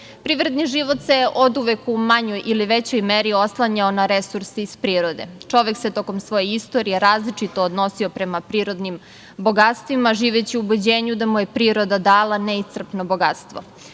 reka. Privredni život se oduvek u manjoj ili većoj meri oslanjao na resurse iz prirode. Čovek se tokom svoje istorije različito odnosio prema prirodnim bogatstvima, živeći u ubeđenju da mu je priroda dala neiscrpno bogatstvo.